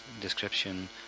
description